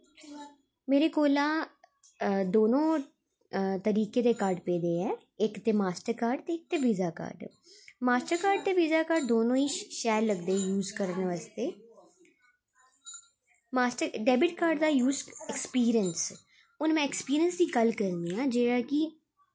मेरे कोला दोनों तरीके दे कार्ड दे ऐ इक ते मास्टर कार्ड ते वीज़ा कार्ड मास्टर कार्ड ते वीज़ा कार्ड दोनों ई शैल लगदे मिगी यूस करने बास्तै मास्टर डेबिट कार्ड दा यूस एक्सपीरियंस हून में दी गल्ल करनी आं जि'यां कि